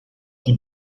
die